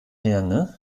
herne